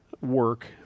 work